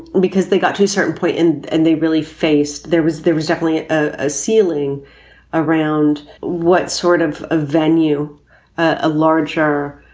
because they got to a certain point and and they really faced there was there was definitely a ceiling around what sort of a venue a larger